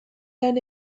lan